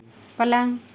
पलंग